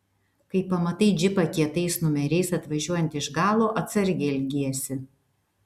kai pamatai džipą kietais numeriais atvažiuojantį iš galo atsargiai elgiesi